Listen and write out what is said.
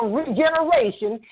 regeneration